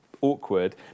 awkward